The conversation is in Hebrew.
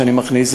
שאני מכניס.